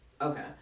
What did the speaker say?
Okay